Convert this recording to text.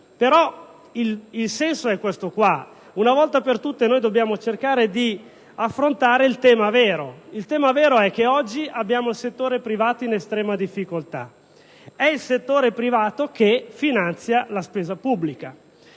ma il senso è questo. Una volta per tutte dobbiamo cercare di affrontare il tema vero, il fatto cioè che oggi abbiamo un settore privato in estrema difficoltà. È il settore privato, infatti, che finanzia la spesa pubblica;